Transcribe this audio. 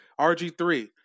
RG3